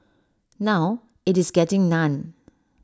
now IT is getting none